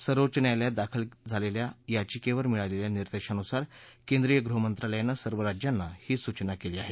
सर्वोच्च न्यायालयात दाखल झालेल्या याचिकेवर मिळालेल्या निर्देशानुसार केंद्रीय गृहमंत्रालयानं सर्व राज्यांना ही सूचना केली आहे